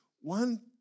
one